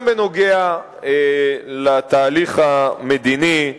גם בנושא התהליך המדיני,